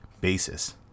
basis